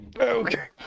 Okay